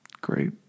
Great